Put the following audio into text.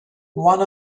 won